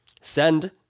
Send